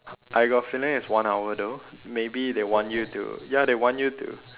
I got a feeling it's one hour though maybe they want you to ya they want you to